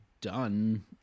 done